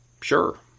sure